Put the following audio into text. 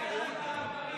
תתבייש לך, קריב.